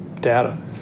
data